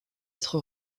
être